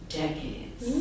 decades